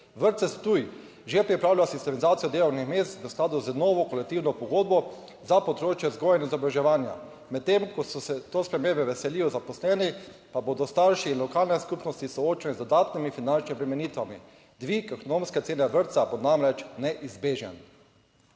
Vrtec Ptuj že pripravlja sistemizacijo delovnih mest v skladu z novo kolektivno pogodbo za področje vzgoje in izobraževanja, medtem ko so se te spremembe veselijo zaposleni, pa bodo starši in lokalne skupnosti soočeni z dodatnimi finančnimi obremenitvami. Dvig ekonomske cene vrtca bo namreč neizbežen.